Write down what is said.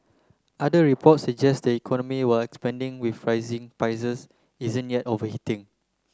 other reports suggest the economy while expanding with rising prices isn't yet overheating